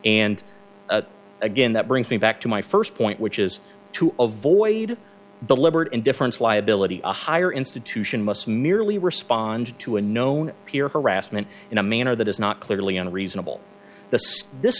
and again that brings me back to my first point which is to avoid the libert indifference liability a higher institution must merely respond to a known peer harassment in a manner that is not clearly unreasonable th